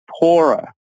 poorer